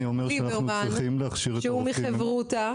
שהוא מחברותא